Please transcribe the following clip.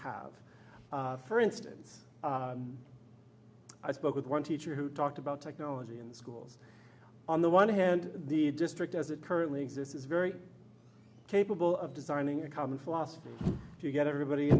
have for instance i spoke with one teacher who talked about technology in schools on the one hand the district as it currently exists is very capable of designing a common philosophy to get everybody